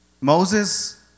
Moses